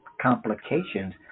complications